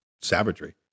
savagery